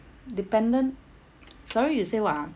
dependent sorry you say what ah